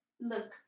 look